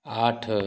आठ